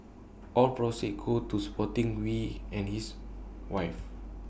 all proceeds go to supporting wee and his wife